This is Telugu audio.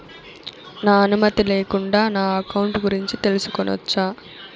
నా అనుమతి లేకుండా నా అకౌంట్ గురించి తెలుసుకొనొచ్చా?